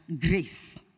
Grace